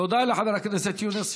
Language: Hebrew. תודה לחבר הכנסת יונס.